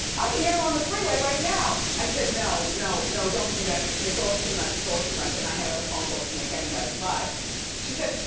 i can get her on the three way right now! i said no, no, don't do that, it's it's all too much, it's all too much. and i had other phone calls to make anyway, but she said,